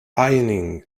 innings